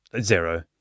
Zero